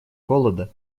голода